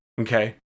Okay